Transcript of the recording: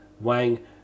Wang